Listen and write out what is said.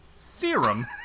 Serum